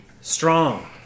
strong